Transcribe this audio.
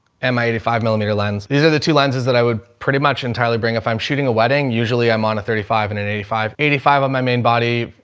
am i eighty five millimeter lens. these are the two lenses that i would pretty much entirely bring. if i'm shooting a wedding, usually i'm on a thirty five and an eighty five eighty five on my main body,